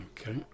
Okay